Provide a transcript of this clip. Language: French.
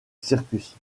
circus